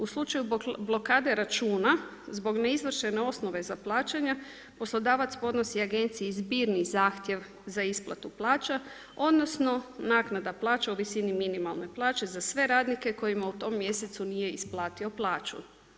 U slučaju blokade računa, zbog neizvršene osnove za plaćanja poslodavac podnosi agenciji zbirni zahtjev za isplatu plaća, odnosno naknada plaća u visini minimalne plaće za sve radnike kojima u tom mjesecu nije isplatio plaću.